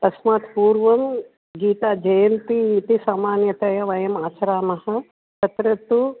तस्मात् पूर्वं गीताजयन्ती इति सामान्यतया वयम् आचरामः तत्र तु